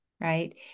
right